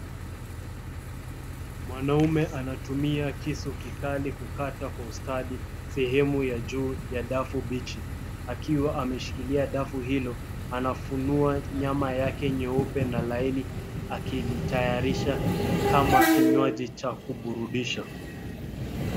Mwanaume anatumia kisu kikali kukata kwa ustadi sehemu ya juu ya dafu bichi. Akiwa ameshikilia dafu hilo anafunua nyama yake nyeupe na laini akilitayarisha kama kinywaji cha kuburudisha.